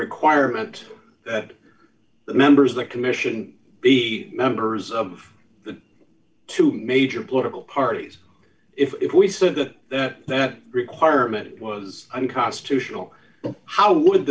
requirement that the members of the commission be members of the two major political parties if we said that that requirement was unconstitutional how would